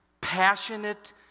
passionate